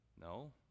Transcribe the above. no